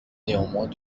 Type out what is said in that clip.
néanmoins